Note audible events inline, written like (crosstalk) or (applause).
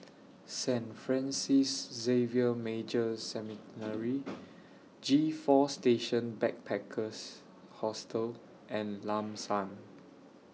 Saint Francis Xavier Major Seminary (noise) G four Station Backpackers Hostel and Lam San